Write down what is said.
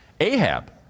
Ahab